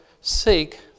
seek